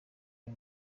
y’u